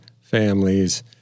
families